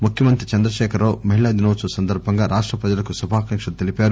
ముఖ్యమంత్రి చంద్రశేఖర్ రావు మహిళా దినోత్పవం సందర్భంగా రాష్ణ ప్రజలకు శుభాకాంక్షలు తెలిపారు